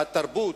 התרבות.